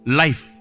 life